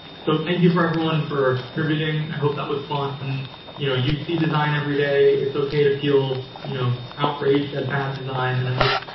so, thank you for everyone for contributing. i hope that was fun. and and you know you see design every day. it's okay to feel you know outraged at bad design, and i hope,